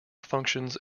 functions